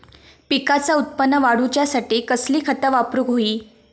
पिकाचा उत्पन वाढवूच्यासाठी कसली खता वापरूक होई?